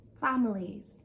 Families